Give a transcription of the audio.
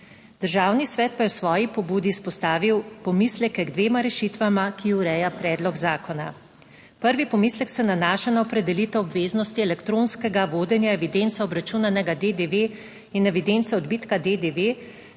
Državni svet pa je v svoji pobudi izpostavil pomisleke k dvema rešitvama, ki ureja predlog zakona. Prvi pomislek se nanaša na opredelitev obveznosti elektronskega vodenja evidence obračunanega DDV in evidence odbitka DDV